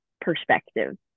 perspective